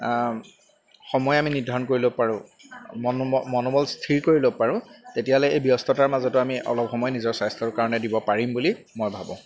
সময় আমি নিৰ্ধাৰণ কৰি ল'ব পাৰোঁ মনোব মনোবল স্থিৰ কৰি ল'ব পাৰোঁ তেতিয়াহ'লে এই ব্যস্ততাৰ মাজতো আমি অলপ সময় নিজৰ স্বাস্থ্যৰ কাৰণে দিব পাৰিম বুলি মই ভাবোঁ